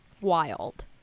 wild